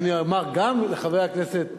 אני אומר גם לחבר הכנסת גאלב,